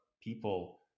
people